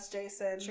Jason